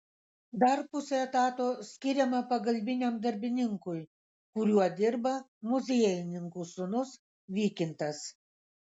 dar pusė etato skiriama pagalbiniam darbininkui kuriuo dirba muziejininkų sūnus vykintas